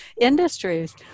industries